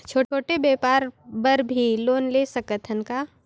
छोटे व्यापार बर भी लोन ले सकत हन का?